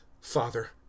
Father